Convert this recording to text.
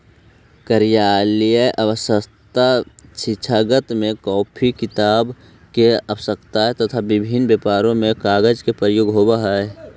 कार्यालयीय आवश्यकता, शिक्षाजगत में कॉपी किताब के आवश्यकता, तथा विभिन्न व्यापार में कागज के प्रयोग होवऽ हई